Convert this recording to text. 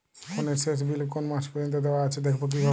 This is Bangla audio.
ফোনের শেষ বিল কোন মাস পর্যন্ত দেওয়া আছে দেখবো কিভাবে?